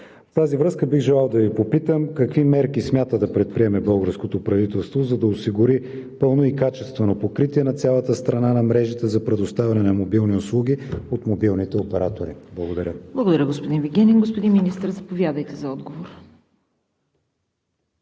тази връзка бих желал да Ви попитам: какви мерки смята да предприеме българското правителство, за да осигури пълно и качествено покритие на цялата страна на мрежите за предоставяне на мобилни услуги от мобилните оператори? Благодаря. ПРЕДСЕДАТЕЛ ЦВЕТА КАРАЯНЧЕВА: Благодаря, господин Вигенин. Господин Министър, заповядайте за отговор.